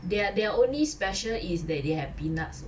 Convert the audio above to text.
they are they are only special is that they have peanuts